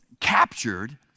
captured